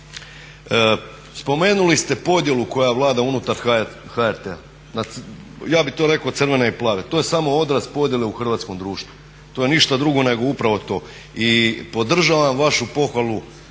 Spomenuli ste podjelu koja vlada unutar HRT-a, ja bi to rekao na crvene i plave, to je samo odraz podjele u hrvatskom društvu, to je ništa drugo nego upravo to. I podržavam vašu pohvalu